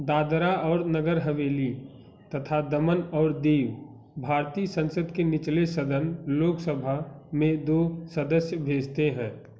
दादरा और नगर हवेली तथा दमन और दीव भारतीय संसद के निचले सदन लोकसभा में दो सदस्य भेजते हैं